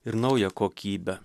ir naują kokybę